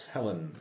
Helen